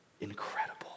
Incredible